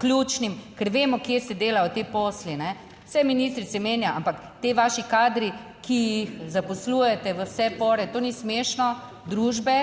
ključnim. Ker vemo, kje se delajo ti posli, ne. Saj ministre se menja, ampak ti vaši kadri, ki jih zaposlujete v vse pore - to ni smešno - družbe